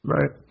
Right